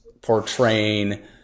portraying